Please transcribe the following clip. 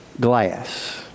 glass